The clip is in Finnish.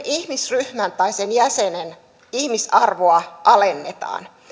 ihmisryhmän tai sen jäsenen ihmisarvoa alennetaan